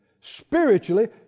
Spiritually